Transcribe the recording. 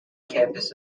campus